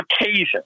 occasion